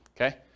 okay